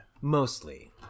mostly